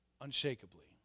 Unshakably